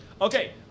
Okay